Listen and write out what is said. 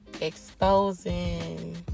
exposing